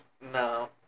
no